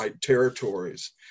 territories